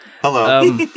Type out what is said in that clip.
Hello